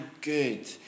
good